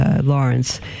Lawrence